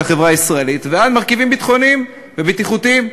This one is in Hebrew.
החברה הישראלית ועד מרכיבים ביטחוניים ובטיחותיים.